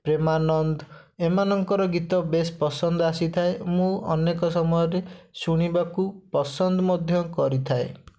ପ୍ରେମାନନ୍ଦ ଏମାନଙ୍କର ଗୀତ ବେଶ୍ ପସନ୍ଦ ଆସିଥାଏ ମୁଁ ଅନେକ ସମୟରେ ଶୁଣିବାକୁ ପସନ୍ଦ ମଧ୍ୟ କରିଥାଏ